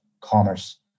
commerce